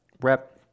rep